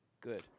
Good